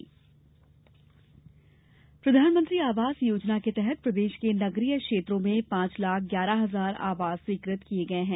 प्रधानमंत्री आवास प्रधानमंत्री आवास योजना के तहत प्रदेश के नगरीय क्षेत्रों में पांच लाख ग्यारह हजार आवास स्वीकृत किये गये हैं